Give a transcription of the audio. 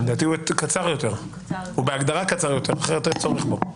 לדעתי הוא קצר יותר, בהגדרה, אחרת אין בו צורך.